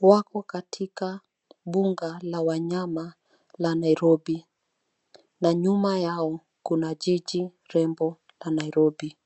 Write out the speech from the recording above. Wako katika mbuga la wanyama la Nairobi na nyuma yao kuna jiji rembo la Nairobi.